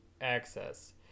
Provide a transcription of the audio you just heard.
access